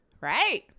right